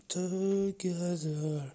together